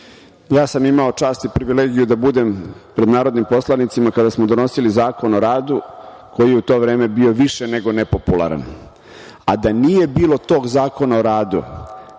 sam čast i privilegiju da budem pred narodnim poslanicima kada smo donosili Zakon o radu koji je u to vreme bio više nego nepopularan, a da nije bilo tog Zakona o radu